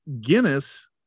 Guinness